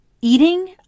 eating